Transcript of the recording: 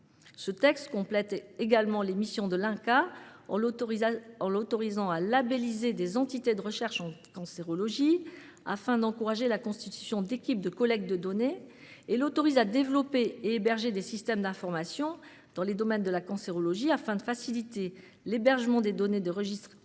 Ce texte complète également les missions de l'INCa, en l'autorisant à labelliser des entités de recherche en cancérologie, afin d'encourager la constitution d'équipes de collecte de données, et l'habilite à développer et à héberger des systèmes d'information dans les domaines de la cancérologie, afin de faciliter l'hébergement des données des registres existants